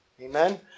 Amen